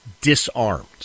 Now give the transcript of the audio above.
disarmed